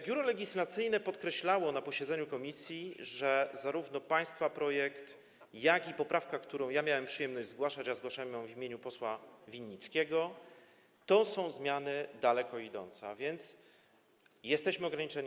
Biuro Legislacyjne podkreślało podczas posiedzenia komisji, że zarówno państwa projekt, jak i poprawka, którą miałem przyjemność zgłaszać - a zgłaszałem ją w imieniu posła Winnickiego - są zmianami daleko idącymi, więc jesteśmy ograniczeni